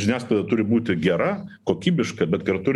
žiniasklaida turi būti gera kokybiška bet kartu ir